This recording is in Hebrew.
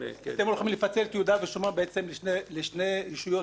אתם הולכים לפצל את יהודה ושומרון לשתי ישויות שונות.